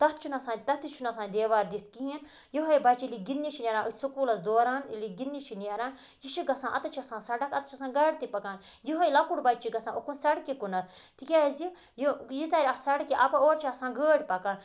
تَتھ چھُنہٕ آسان تَتھ تہِ چھُنہٕ آسان دیوار دِتھ کِہیٖنۍ یُہاے بَچہِ ییٚلہِ گِندنہِ چھُ نیران أتھۍ سکولَس دوران ییٚلہِ یہِ گِندنہٕ چھُ نیران یہٕ چھُ گَژھان اَتٮ۪تھ چھِ آسان سَڑَک اَتٮ۪تھ چھِ آسان گاڑِ تہِ پَکان یُہاے لَکُٹ بَچہِ چھُ گَژھان اُکُن سَڑکہِ کُنَتھ تہِ کیازِ یہِ یہِ تَرِ اَتھ سَڑکہِ اَپور اورٕ چھِ آسان گٲڑۍ پَگان